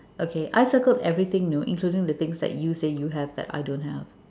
okay I circled everything know including the things that you say you have but I don't have